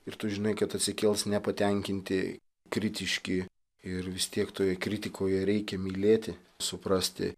ir tu žinai kad atsikels nepatenkinti kritiški ir vis tiek toje kritikoje reikia mylėti suprasti